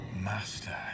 Master